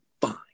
fine